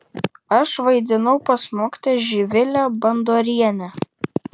aš vaidinau pas mokytoją živilę bandorienę